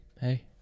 Hey